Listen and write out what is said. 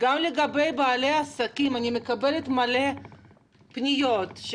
אני מקבלת הרבה פניות לגבי בעלי עסקים,